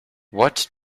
what